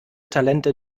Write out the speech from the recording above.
talente